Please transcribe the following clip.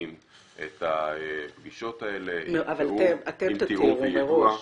חריגים את הפגישות האלה עם תיאום